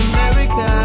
America